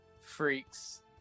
Freaks